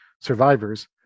survivors